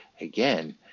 again